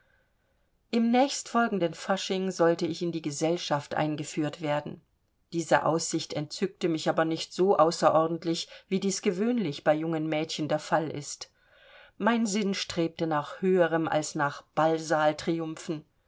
im nächstfolgenden fasching sollte ich in die gesellschaft eingeführt werden diese aussicht entzückte mich aber nicht so außerordentlich wie dies gewöhnlich bei jungen mädchen der fall ist mein sinn strebte nach höherem als nach